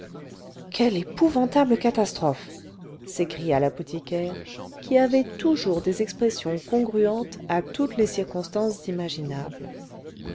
quelle épouvantable catastrophe s'écria l'apothicaire qui avait toujours des expressions congruentes à toutes les circonstances imaginables